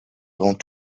avant